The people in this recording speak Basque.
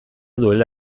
duela